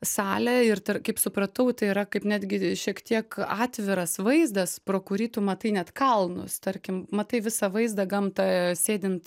salę ir dar kaip supratau tai yra kaip netgi šiek tiek atviras vaizdas pro kurį tu matai net kalnus tarkim matai visą vaizdą gamtą sėdint